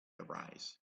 arise